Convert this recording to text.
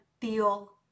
feel